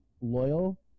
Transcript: loyal